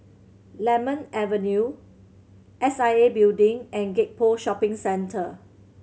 Lemon Avenue S I A Building and Gek Poh Shopping Centre